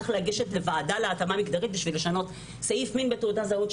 צריך לגשת לוועדה להתאמה מגדרית כדי לשנות סעיף מין בתעודת הזהות,